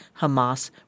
Hamas